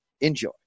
Enjoy